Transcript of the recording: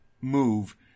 move